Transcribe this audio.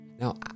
Now